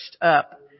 up